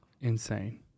Insane